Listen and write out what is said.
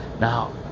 now